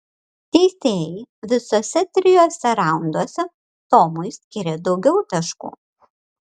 teisėjai visuose trijuose raunduose tomui skyrė daugiau taškų